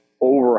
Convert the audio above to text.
over